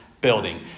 building